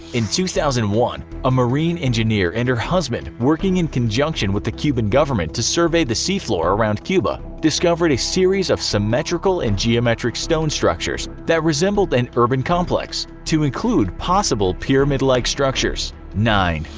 in two thousand and one a marine engineer and her husband working in conjunction with the cuban government to survey the seafloor around cuba discovered a series of symmetrical and geometric stone structures that resembled an urban complex, to include possible pyramid-like structures. nine.